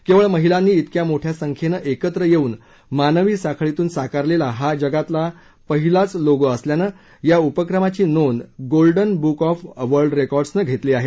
केवळ महिलांनी त्रिक्या मोठ्या संख्येन एकत्र येऊन मानवी साखळीतून साकारलेला हा जगातला पहिलाच लोगो असल्यानं या उपक्रमाची नोंद गोल्डन बुक ऑफ वर्ल्ड रेकॉर्डसनं घेतली आहे